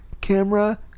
Camera